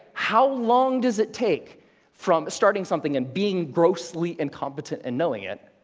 how long does it take from starting something and being grossly incompetent and knowing it